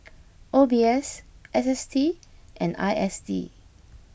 O B S S S T and I S D